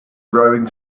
growing